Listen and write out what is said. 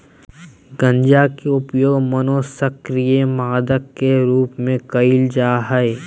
गंजा के उपयोग मनोसक्रिय मादक के रूप में कयल जा हइ